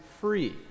free